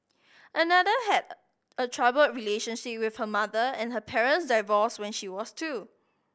another had a troubled relationship with her mother and her parents divorced when she was two